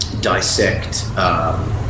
dissect